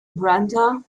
brenda